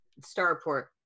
Starport